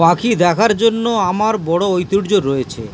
পাখি দেখার জন্য আমার বড়ো ঐতিহ্য রয়েছে